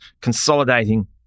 consolidating